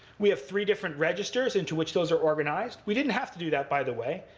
we have three different registers into which those are organized. we didn't have to do that, by the way.